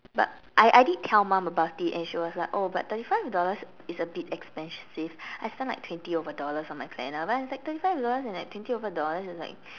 but I I did tell mum about it and she was like oh but thirty five is a bit expensive I spend like twenty over dollars on my planner but it's like thirty five dollars and like twenty over dollars is like